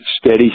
steady